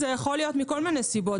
מכל מיני סיבות.